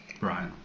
Right